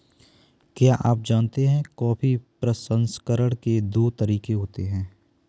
क्या आप जानते है कॉफी प्रसंस्करण के दो तरीके है?